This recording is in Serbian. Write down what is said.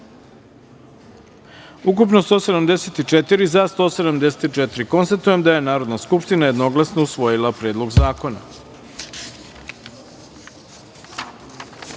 ukupno – 174, za – 174.Konstatujem da je Narodna skupština jednoglasno usvojila Predlog zakona. Pošto